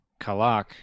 Kalak